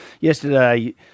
yesterday